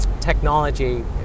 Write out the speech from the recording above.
technology